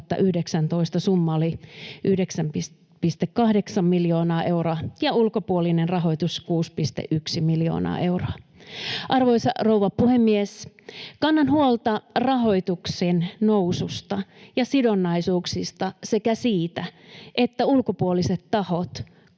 summa oli 9,8 miljoonaa euroa ja ulkopuolinen rahoitus 6,1 miljoonaa euroa. Arvoisa rouva puhemies! Kannan huolta rahoituksen noususta ja sidonnaisuuksista sekä siitä, että ulkopuoliset tahot kustantavat